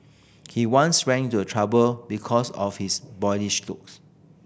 he once ran into a trouble because of his boyish looks